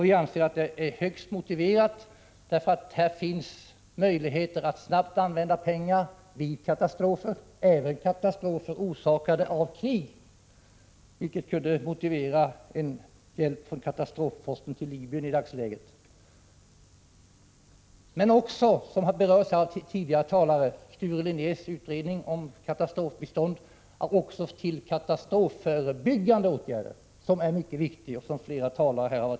Vi anser att detta är högst motiverat, för här finns möjligheter att snabbt använda pengar vid katastrofer — även vid katastrofer orsakade av krig, vilket kunde motivera hjälp från katastrofposten till Libyen i dagsläget — men också till katatrofförebyggande åtgärder, som är mycket viktiga och som flera talare varit inne på.